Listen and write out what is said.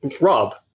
Rob